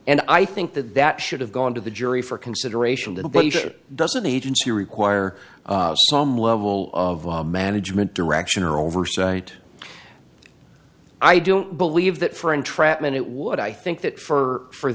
and i think that that should have gone to the jury for consideration little does of the agency require some level of management direction or oversight i don't believe that for entrapment it would i think that for